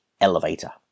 elevator